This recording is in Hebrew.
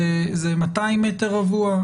זה 200 מטר רבוע?